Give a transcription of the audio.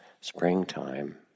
springtime